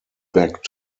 back